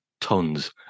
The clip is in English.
tons